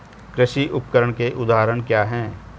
कृषि उपकरण के उदाहरण क्या हैं?